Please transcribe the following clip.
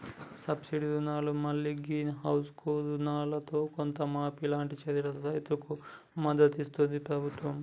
subsidy రుణాలను మల్లి green house కు రుణాలల్లో కొంత మాఫీ లాంటి చర్యలతో రైతుకు మద్దతిస్తుంది ప్రభుత్వం